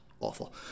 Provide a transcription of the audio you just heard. Awful